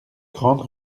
grande